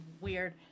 weird